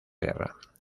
guerra